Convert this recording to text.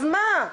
אז מה?